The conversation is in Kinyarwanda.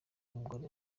umugore